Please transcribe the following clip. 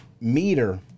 meter